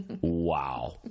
wow